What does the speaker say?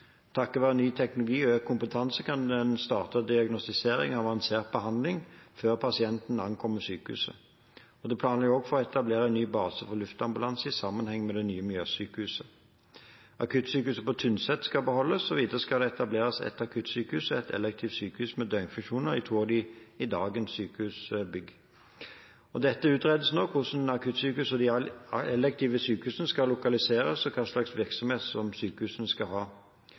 ny teknologi og økt kompetanse kan man starte diagnostisering og avansert behandling før pasienten ankommer sykehuset. Det planlegges også å etablere en ny base for luftambulanse i sammenheng med det nye Mjøssykehuset. Akuttsykehuset på Tynset skal beholdes. Videre skal det etableres ett akuttsykehus og ett elektivt sykehus med døgnfunksjoner i to av dagens sykehusbygg. Det utredes nå hvor akuttsykehuset og det elektive sykehuset skal lokaliseres, og hva slags virksomhet sykehusene skal ha.